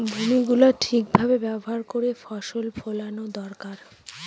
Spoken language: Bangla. ভূমি গুলো ঠিক ভাবে ব্যবহার করে ফসল ফোলানো দরকার